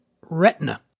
retina